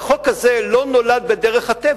שהחוק הזה לא נולד בדרך הטבע.